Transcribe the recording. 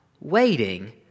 waiting